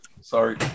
Sorry